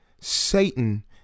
Satan